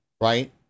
right